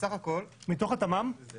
זו